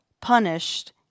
punished